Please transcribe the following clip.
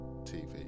TV